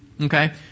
Okay